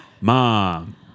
Mom